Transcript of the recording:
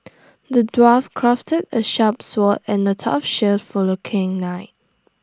the dwarf crafted A sharp sword and A tough shield for the king knight